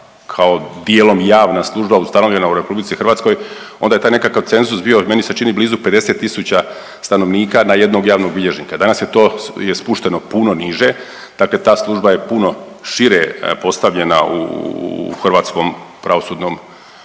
kao dijelom javna služba ustanovljena u RH onda je taj nekakav cenzus bio meni se čini blizu 50 tisuća stanovnika na 1 javnog bilježnika, danas je to je spušteno puno niže, dakle ta služba je puno šire postavljena u hrvatskom pravosudnom segmentu.